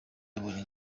yabonye